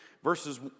Verses